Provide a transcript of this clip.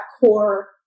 core